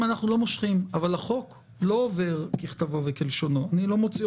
היא לא תעבור ככתבה וכלשונה.